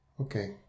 Okay